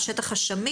איך כתוב השטח השמיש,